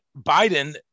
Biden